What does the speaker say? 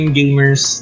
gamers